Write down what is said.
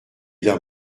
d’un